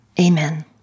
Amen